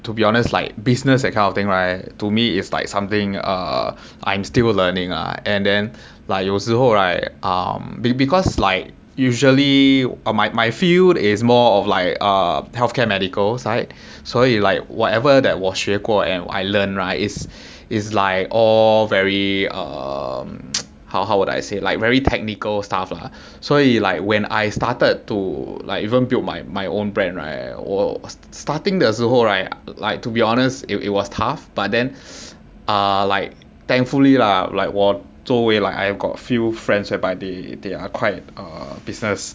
to be honest like business that kind of thing right to me it's like something uh I'm still learning lah and then like 有时候 right um be~ because like usually ah my my field is more of like uh healthcare and medical side 所以 like whatever that 我学过 and I learn right is is like all very err um how how would I said like very technical stuff lah 所以 like when I started to like even build my my own brand right 我 starting 的时候 I like to be honest it was tough but then err like thankfully lah like 我周围 like I have got few friends whereby they they are quite a business